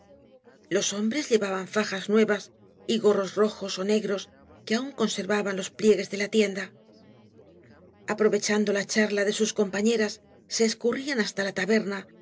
los hombres llevaban faj nuevas y gorros rojos ó negroa que aúa eoaaervaban los pliegues de la tienda aprovechando la charla de sus compiifiaras sacurríau hasta la taberna